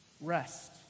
Rest